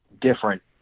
different